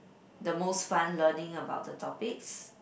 the most fun learning about the topics